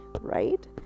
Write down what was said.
right